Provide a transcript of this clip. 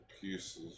pieces